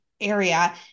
area